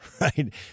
right